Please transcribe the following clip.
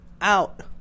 out